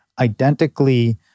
Identically